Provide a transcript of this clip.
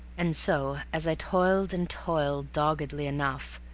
and so as i toiled and toiled doggedly enough,